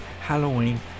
Halloween